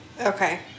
Okay